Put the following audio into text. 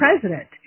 president